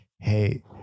hey